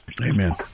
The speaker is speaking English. Amen